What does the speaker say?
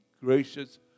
gracious